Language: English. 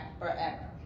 forever